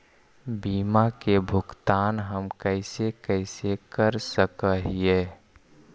बीमा के भुगतान हम कैसे कैसे कर सक हिय?